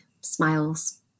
smiles